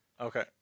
Okay